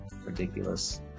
ridiculous